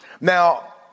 Now